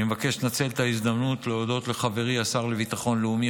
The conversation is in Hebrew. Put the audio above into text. אני מבקש לנצל את ההזדמנות להודות לחברי השר לביטחון לאומי,